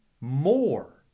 more